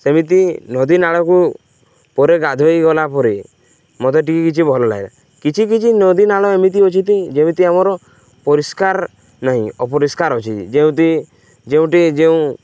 ସେମିତି ନଦୀ ନାଳକୁ ପରେ ଗାଧୋଇ ଗଲା ପରେ ମୋତେ ଟିକେ କିଛି ଭଲ ଲାଗେ କିଛି କିଛି ନଦୀ ନାଳ ଏମିତି ଅଛି ଯେମିତି ଆମର ପରିଷ୍କାର ନାହିଁ ଅପରିଷ୍କାର ଅଛି ଯେଉଁଠି ଯେଉଁଠି ଯେଉଁ